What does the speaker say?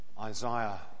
Isaiah